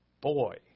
boy